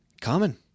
common